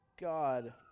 God